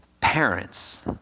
parents